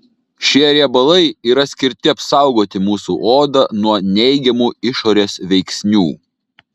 šie riebalai yra skirti apsaugoti mūsų odą nuo neigiamų išorės veiksnių